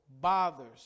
bothers